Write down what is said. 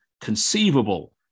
conceivable